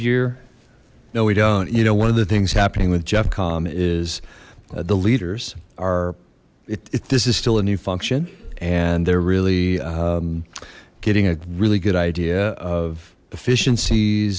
year no we don't you know one of the things happening with jeff comm is the leaders are it this is still a new function and they're really getting a really good idea of efficienc